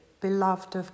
beloved